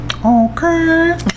Okay